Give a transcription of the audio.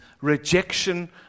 rejection